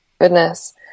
goodness